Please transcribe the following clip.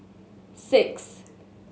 six